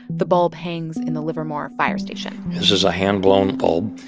the bulb hangs in the livermore fire station is is a hand-blown bulb.